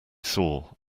saw